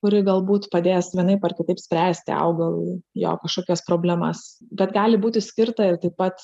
kuri galbūt padės vienaip ar kitaip spręsti augalui jo kažkokias problemas bet gali būti skirta ir taip pat